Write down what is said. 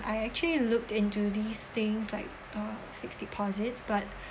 I actually looked into these things like uh fixed deposits but